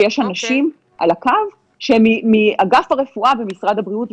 ויש אנשים על הקו שהם מאגף הרפואה במשרד הבריאות,